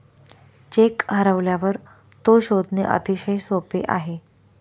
check हरवल्यावर तो शोधणे अतिशय सोपे आहे